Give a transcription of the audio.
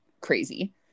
crazy